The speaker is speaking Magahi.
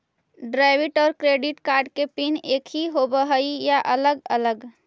डेबिट और क्रेडिट कार्ड के पिन एकही होव हइ या अलग अलग?